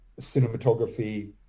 cinematography